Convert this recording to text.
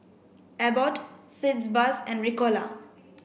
Abbott Sitz bath and Ricola